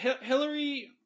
Hillary